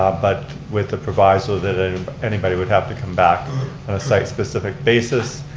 ah but with the provisal that ah anybody would have to come back on a site specific basis.